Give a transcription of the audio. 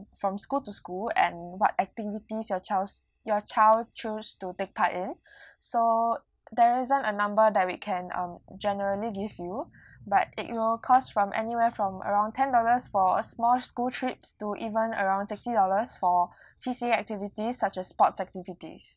from school to school and what activities your child's your child choose to take part in so there isn't a number that we can um generally give you but it will cost from anywhere from around ten dollars for a small school trips to even around sixty dollars for C_C_A activities such as sports activities